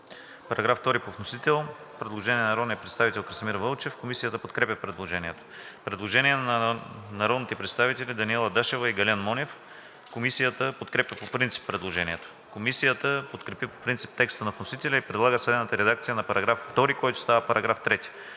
По § 2 по вносител има предложение на народния представител Красимир Вълчев. Комисията подкрепя предложението. Предложение на народните представители Даниела Дашева и Гален Монев. Комисията подкрепя по принцип предложението. Комисията подкрепя по принцип текста на вносителя и предлага следната редакция на § 2, който става § 3: „§ 3.